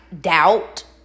doubt